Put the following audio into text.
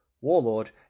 warlord